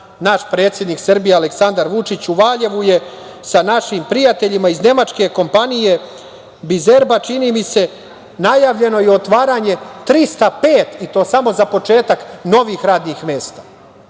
naš predsednik Srbije Aleksandar Vučić u Valjevu je, sa našim prijateljima iz nemačke kompanije, "Bizerba", najavljeno je otvaranje 305, i to samo za početak, novih radnih mesta.